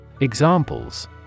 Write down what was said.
Examples